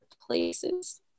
places